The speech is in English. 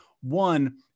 One